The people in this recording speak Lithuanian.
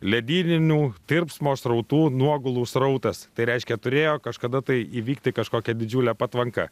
ledyninių tirpsmo srautų nuogulų srautas tai reiškia turėjo kažkada tai įvykti kažkokia didžiulė patvanka